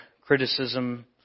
criticism